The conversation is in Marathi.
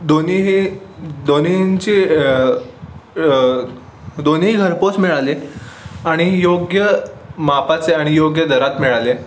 दोन्ही हे दोन्हींची दोन्ही घरपोच मिळाले आणि योग्य मापाचे आणि योग्य दरात मिळाले